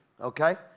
Okay